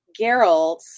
Geralt